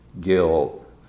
guilt